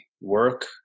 work